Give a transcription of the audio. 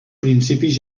principis